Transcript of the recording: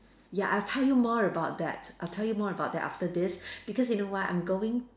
ya I'll tell you more about that I'll tell you more about that after this because in a while I'm going